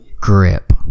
Grip